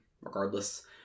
regardless